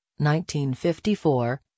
1954